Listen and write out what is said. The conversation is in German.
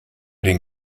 den